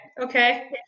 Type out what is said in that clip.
Okay